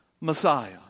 messiah